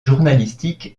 journalistique